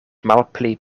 malpli